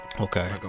Okay